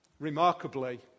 Remarkably